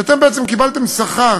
שאתם בעצם קיבלתם שכר